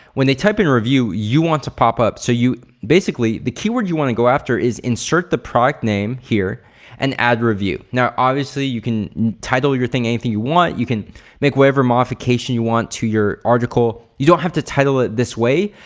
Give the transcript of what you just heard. when they type in review you want to pop up so you, basically the keyword you wanna go after is insert the product name here and add review. now obviously you can title your thing anything you want. you can make whatever modification you want to your article. you don't have to title it this way,